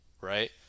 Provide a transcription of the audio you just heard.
right